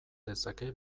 dezake